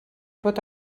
pot